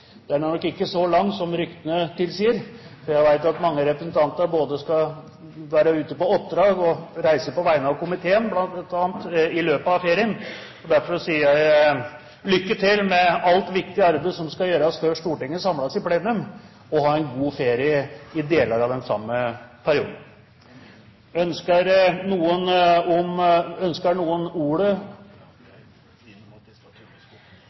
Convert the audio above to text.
Den blir nok ikke så lang som ryktene sier. Jeg vet at mange representanter bl.a. både skal være ute på oppdrag og reise på vegne av komiteen i løpet av ferien. Derfor sier jeg lykke til med alt viktig arbeid som skal gjøres før Stortinget samles i plenum, og ha en god ferie i deler av den samme perioden. Forlanger noen ordet